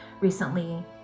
recently